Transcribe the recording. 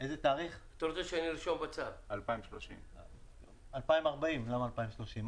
2030. 2040. למה 2030?